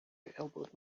elbowed